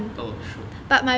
oh sure